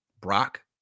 Brock